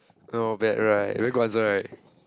not bad right very good answer right